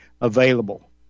available